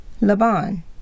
Laban